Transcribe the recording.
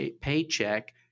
paycheck